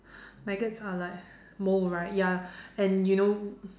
maggots are like mold right ya and you know